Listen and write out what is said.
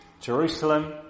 Jerusalem